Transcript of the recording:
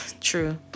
True